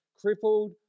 Crippled